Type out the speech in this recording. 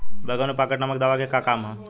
बैंगन में पॉकेट नामक दवा के का काम ह?